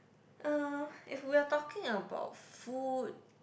uh if we are talking about food